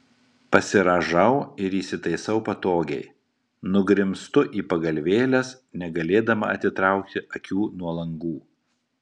pasirąžau ir įsitaisau patogiai nugrimztu į pagalvėles negalėdama atitraukti akių nuo langų